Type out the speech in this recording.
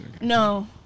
No